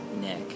Nick